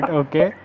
okay